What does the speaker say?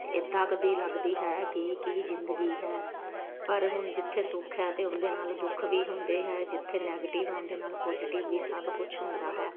ਇੱਦਾਂ ਕਦੇ ਲੱਗਦੀ ਹੈ ਕਿ ਕੀ ਜ਼ਿੰਦਗੀ ਹੈ ਪਰ ਹੁਣ ਜਿੱਥੇ ਸੁੱਖ ਹੈ ਅਤੇ ਉਹਦੇ ਨਾਲ ਦੁੱਖ ਵੀ ਹੁੰਦੇ ਹੈ ਜਿੱਥੇ ਨੈਗਟਿਵ ਹੋਣ ਦੇ ਨਾਲ ਪੋਜੀਟਿਵ ਵੀ ਸਭ ਕੁਛ ਹੁੰਦਾ ਹੈ